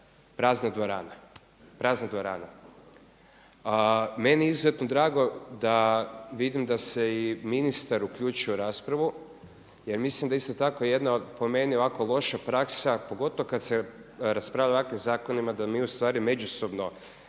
prazna dvorana, prazna dvorana. Meni je izuzetno drago da, vidim da se i ministar uključio u raspravu jer mislim da isto tako jedna po meni ovako loša praksa a pogotovo kada se raspravlja o ovakvim zakonima da mi ustvari međusobno